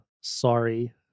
sorry